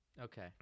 Okay